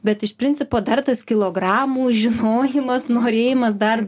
bet iš principo dar tas kilogramų žinojimas norėjimas dar